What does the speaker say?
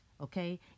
okay